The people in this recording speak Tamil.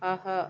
ஆஹா